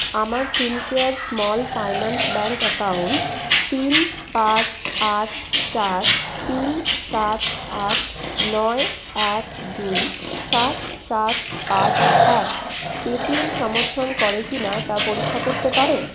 আমার Fincare small finance bank account তিন পাঁচ আট চার তিন সাত আট নয় এক দুই সাত সাত পাঁচ এক পে টি এম সমর্থন করে কিনা তা পরীক্ষা করতে পার